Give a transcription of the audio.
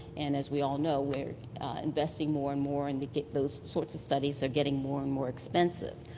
and as we all know, we're investing more and more and those sorts of studies are getting more and more expensive.